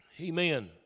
Amen